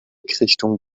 blickrichtung